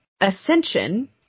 Ascension